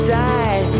die